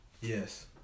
Yes